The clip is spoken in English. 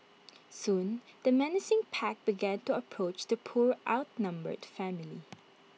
soon the menacing pack began to approach the poor outnumbered family